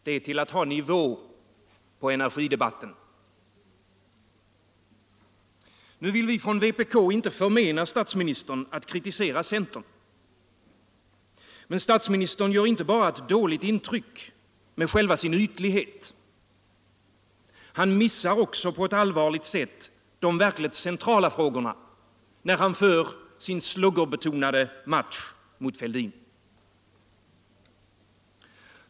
Det är till att ha nivå på energidebatten. Nu vill vi från vpk inte förmena statsministern att kritisera centern. Men statsministern gör inte bara ett dåligt intryck med själva sin ytlighet. Han missar också på ett allvarligt sätt de verkligt centrala frågorna, när han för sin sluggerbetonade match mot Fälldin.